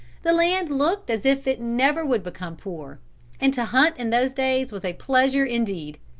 the land looked as if it never would become poor and to hunt in those days was a pleasure indeed.